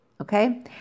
Okay